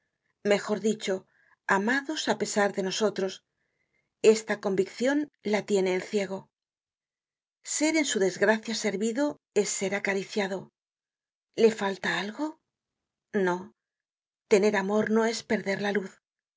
mejor dicho amados á pesar de nosotros esta conviccion la tiene el ciego ser en su desgracia servido es ser acariciado le falta algo no tener amor no es perder la luz